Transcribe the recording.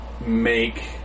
make